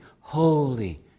Holy